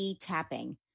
tapping